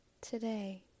today